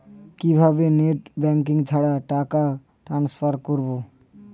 কিভাবে net banking ছাড়া টাকা টান্সফার করব?